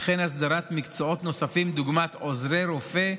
וכן הסדרת מקצועות נוספים דוגמת עוזרי רופא,